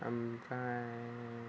ओमफ्राय